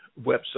website